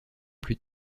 plus